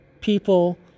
people